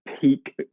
peak